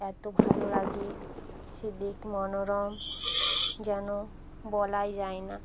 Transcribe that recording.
এত ভালো লাগে সেদিক মনোরম যেন বলাই যায় না